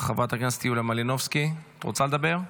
חברת הכנסת יוליה מלינובסקי, רוצה לדבר?